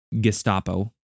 Gestapo